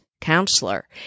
counselor